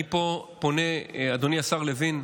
אני פה פונה, אדוני השר לוין,